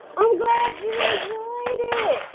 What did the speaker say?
i'm glad you enjoyed it!